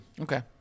Okay